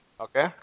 Okay